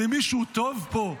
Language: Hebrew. למישהו טוב פה?